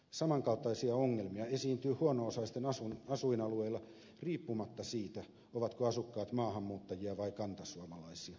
samankaltaisia ongelmia esiintyy huono osaisten asuinalueilla riippumatta siitä ovatko asukkaat maahanmuuttajia vai kantasuomalaisia